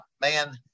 man